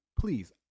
please